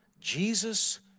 Jesus